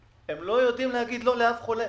הם לא יודעים להגיד לא לאף חולה.